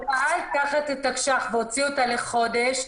הוא פעל תחת התקש"ח והוציא אותה לחודש.